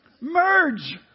Merge